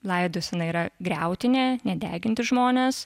laidosena yra griautinė nedeginti žmonės